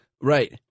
Right